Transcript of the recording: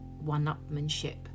one-upmanship